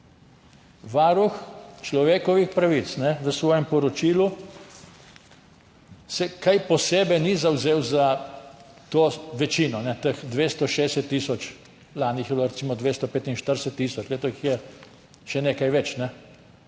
Varuh človekovih pravic se v svojem poročilu kaj posebej ni zavzel za to večino od teh 260 tisoč, lani jih je bilo recimo 245 tisoč, letos jih je še nekaj več,